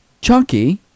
Chunky